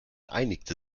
einigte